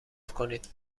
کنید